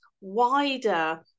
wider